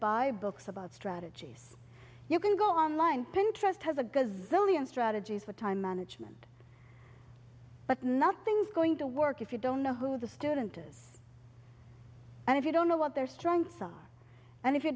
buy books about strategies you can go online pinterest has a good zillion strategies with time management but nothing's going to work if you don't know who the student is and if you don't know what their strengths are and if you